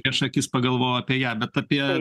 prieš akis pagalvojau apie ją bet apie